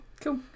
Cool